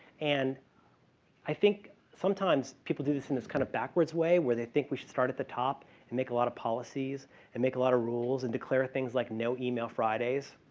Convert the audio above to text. and i think, sometimes people do this in this kind of backwards way where they think we should start at the top and make a lot of policies and make a lot of rules and declare things like no email fridays,